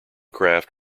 craft